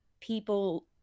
people